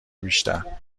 بیشتر